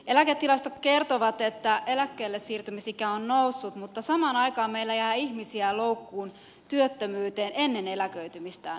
eläketilastot kertovat että eläkkeellesiirtymisikä on noussut mutta samaan aikaan meillä jää ihmisiä loukkuun työttömyyteen ennen eläköitymistään